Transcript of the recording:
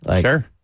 Sure